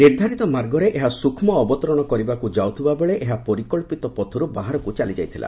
ନିର୍ଦ୍ଧାରିତ ମାର୍ଗରେ ଏହା ସୂକ୍ଷ୍ମ ଅବତରଣ କରିବାକୁ ଯାଉଥିବାବେଳେ ଏହା ପରିକଳ୍ପିତ ପଥରୁ ବାହାରକୁ ଚାଲିଯାଇଥିଲା